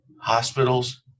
hospitals